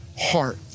heart